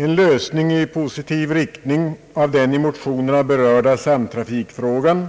En lösning i positiv riktning av den i motionerna berörda samtrafikfrågan